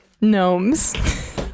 Gnomes